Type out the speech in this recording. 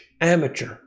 amateur